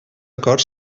acord